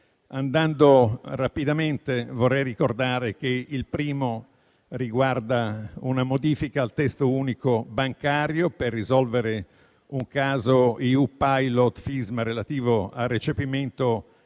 Andando però rapidamente vorrei ricordare che il primo riguarda una modifica al testo unico bancario, per risolvere il caso EU Pilot-Fisma relativo al recepimento della